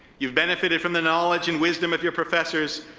you've benefited from the knowledge and wisdom of your professors,